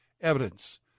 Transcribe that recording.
evidence